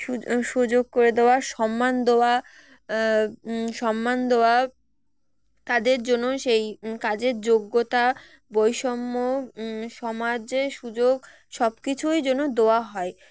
সু সুযোগ করে দেওয়া সম্মান দেওয়া সম্মান দেওয়া তাদের জন্য সেই কাজের যোগ্যতা বৈষম্য সমাজে সুযোগ সবকিছুই যেন দেওয়া হয়